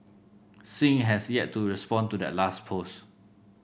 Singh has yet to respond to that last post